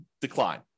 decline